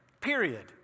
period